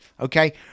Okay